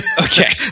Okay